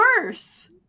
worse